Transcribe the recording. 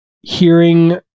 hearing